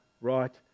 right